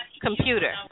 computer